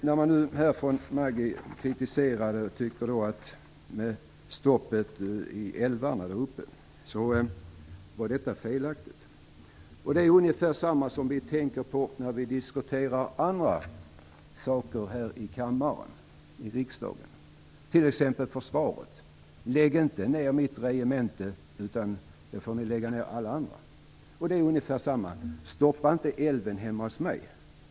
När Maggi Mikaelsson kritiserar fiskestoppet i älvarna i de norra länen är detta felaktigt. Det är på ungefär samma sätt som när vi diskuterar andra saker här i riksdagens kammare, t.ex. försvaret: Lägg inte ned mitt regemente! Ni får lägga ned alla andra. Det är ungefär samma sak här: Stoppa inte fisket i älven hemma hos mig!